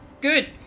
Good